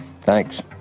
Thanks